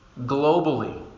Globally